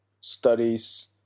studies